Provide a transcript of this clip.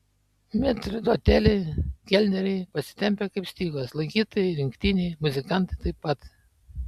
metrdoteliai kelneriai pasitempę kaip stygos lankytojai rinktiniai muzikantai taip pat